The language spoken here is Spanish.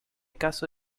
caso